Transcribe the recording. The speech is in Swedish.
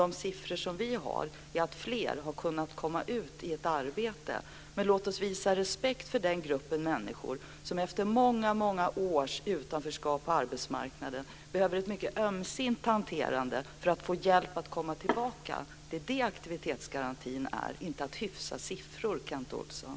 De siffror som vi har visar att fler har kunnat komma ut i arbete. Låt oss visa respekt för den grupp människor som efter många års utanförskap när det gäller arbetsmarknaden behöver ett mycket ömsint hanterande för att få hjälp att komma tillbaka! Det är det som aktivitetsgarantin handlar om, inte att hyfsa siffror, Kent Olsson.